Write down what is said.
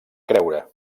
creure